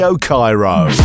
Cairo